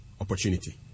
Opportunity